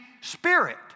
Spirit